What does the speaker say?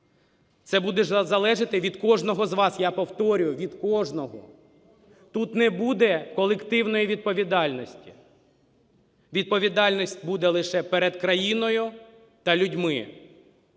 Це буде залежати від кожного з вас, я повторюю, від кожного. Тут не буде колективної відповідальності, відповідальність буде лише перед країною та людьми.